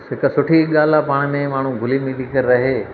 सिक सुठी ॻाल्हि आहे पाण में माण्हू घुली मिली करे रहे